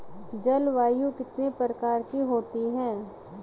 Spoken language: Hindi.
जलवायु कितने प्रकार की होती हैं?